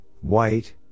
white